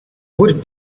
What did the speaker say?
would